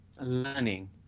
learning